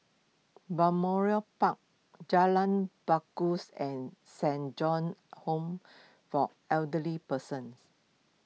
Balmoral Park Jalan Bangaus and Saint John's Home for Elderly Persons